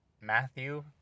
matthew